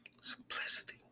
Simplicity